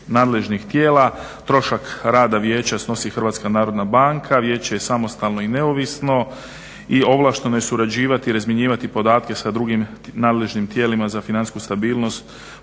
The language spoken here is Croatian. Hrvatske narodne banke,